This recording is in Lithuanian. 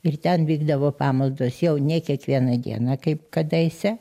ir ten vykdavo pamaldos jau ne kiekvieną dieną kaip kadaise